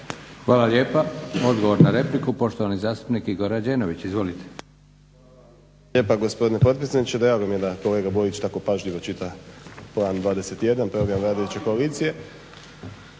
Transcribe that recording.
Hvala lijepa. Odgovor na repliku, poštovani zastupnik Igor Rađenović. Izvolite. **Rađenović, Igor (SDP)** Hvala vam lijepa gospodine potpredsjedničke. Drago mi je da kolega Burić tako pažljivo čita Plan 21, program vladajuće koalicije.